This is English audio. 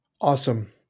Awesome